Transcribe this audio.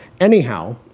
Anyhow